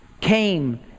came